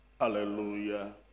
Hallelujah